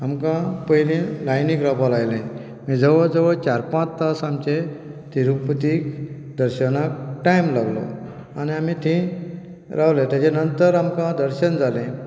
आमकां पयलें लायनीक रावपाक लायलें मागीर जवळ जवळ चार पांच तास आमचे तिरुपती दर्शनाक टायम लागलो आनी आमी थंय रावले ताच्या नंतर आमकां दर्शन जालें